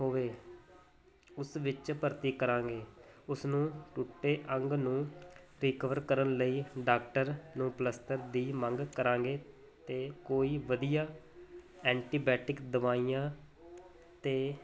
ਹੋਵੇ ਉਸ ਵਿੱਚ ਭਰਤੀ ਕਰਾਂਗੇ ਉਸਨੂੰ ਟੁੱਟੇ ਅੰਗ ਨੂੰ ਰੀਕਵਰ ਕਰਨ ਲਈ ਡਾਕਟਰ ਨੂੰ ਪਲਸਤਰ ਦੀ ਮੰਗ ਕਰਾਂਗੇ ਅਤੇ ਕੋਈ ਵਧੀਆ ਐਂਟੀਬੈਟਿਕ ਦਵਾਈਆਂ ਅਤੇ